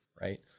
Right